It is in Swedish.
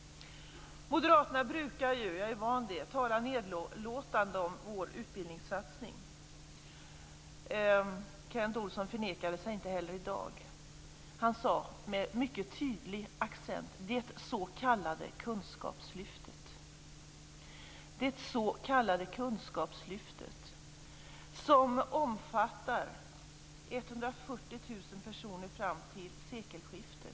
Moderaterna brukar - jag är van vid det - tala nedlåtande om vår utbildningssatsning. Kent Olsson förnekade sig inte heller i dag. Han sade "det s.k. kunskapslyftet" med mycket tydlig betoning. Det s.k. kunskapslyftet omfattar 140 000 personer fram till sekelskiftet.